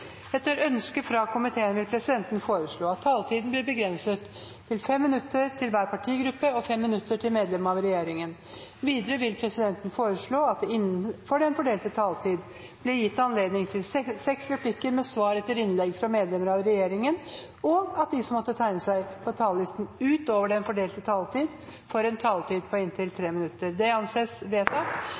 Etter ønske fra transport- og kommunikasjonskomiteen vil presidenten foreslå at taletiden blir begrenset til 5 minutter til hver partigruppe og 5 minutter til medlem av regjeringen. Videre vil presidenten foreslå at det blir gitt anledning til inntil seks replikker med svar etter innlegg fra medlemmer av regjeringen innenfor den fordelte taletid, og at de som måtte tegne seg på talerlisten utover den fordelte taletid, får en taletid på inntil 3 minutter. – Det anses vedtatt.